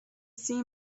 see